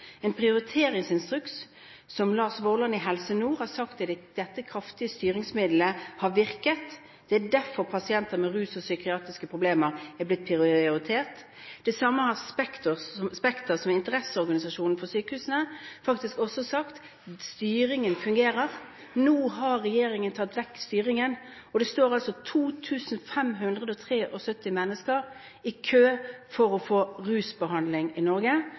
Lars Vorland i Helse Nord har sagt at denne prioriteringsinstruksen er et kraftig styringsmiddel som har virket, at det er derfor pasienter med rusproblemer og psykiatriske problemer er blitt prioritert. Det samme har Spekter, som er interesseorganisasjonen for sykehusene, faktisk også sagt: Styringen fungerer. Nå har regjeringen tatt vekk styringen, og det står altså 2 573 mennesker i kø for å få rusbehandling i Norge,